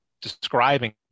describing